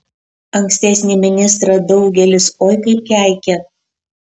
ankstesnį ministrą daugelis oi kaip keikė